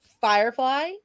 Firefly